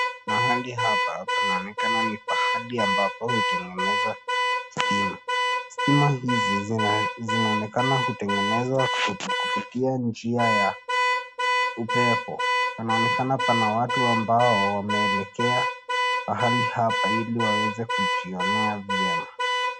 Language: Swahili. Mahali hapa panaonekana ni pahali ambapo hutengeneza, stima, stima hizi zinaonekana hutengenezwa kupitia njia ya, upepo, panaonekana pana watu ambao wameelekea, pahali hapa ili waweze kujionea vyema.